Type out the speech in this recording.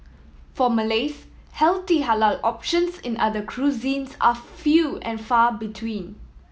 for Malays healthy halal options in other cuisines are few and far between